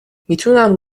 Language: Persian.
میتونم